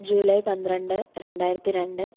July പന്ത്രണ്ട് രണ്ടായിരത്തിരണ്ട്